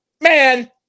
man